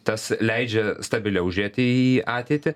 tas leidžia stabiliau žiūrėti į ateitį